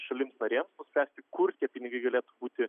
šalims narėms spręsti kur tie pinigai galėtų būti